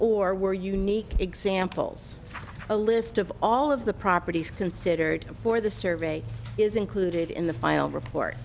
or were unique examples a list of all of the properties considered for the service it is included in the final report